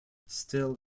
still